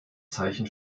zeichen